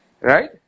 right